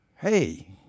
Hey